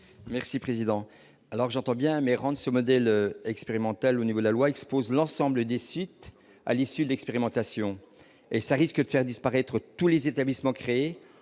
Merci président alors j'entends bien mais rendent ce modèle expérimental au niveau de la loi, expose l'ensemble des sites à l'issue de l'expérimentation et ça risque de faire disparaître tous les établissements créés